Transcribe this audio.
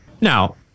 Now